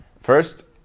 first